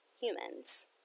humans